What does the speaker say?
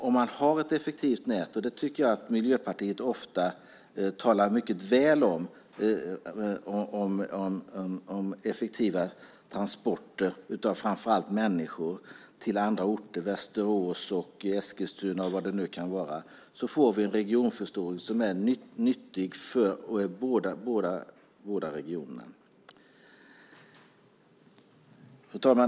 Om man har ett effektivt nät - Miljöpartiet talar ofta mycket väl om effektiva transporter av framför allt människor till Västerås, Eskilstuna eller vad det nu kan vara - får vi en regionförstoring som är nyttig för båda regionerna. Fru talman!